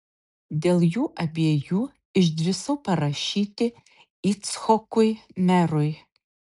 dėl jų abiejų išdrįsau parašyti icchokui merui